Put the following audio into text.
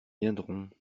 viendront